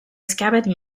scabbard